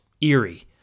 eerie